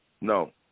No